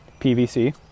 PVC